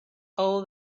all